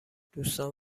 دوستان